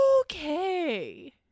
Okay